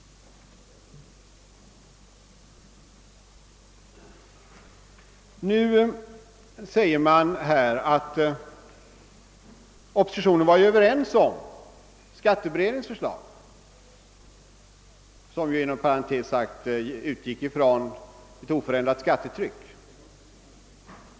Nu sägs det att oppositionen var överens om skatteberedningens förslag — som inom parentes sagt utgick från ett oförändrat skattetryck.